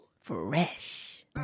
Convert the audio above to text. Fresh